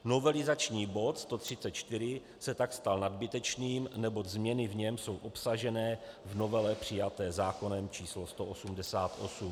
Novelizační bod 134 se tak stal nadbytečným, neboť změny v něm jsou obsažené v novele přijaté zákonem č. 188.